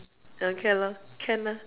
okay lor can lah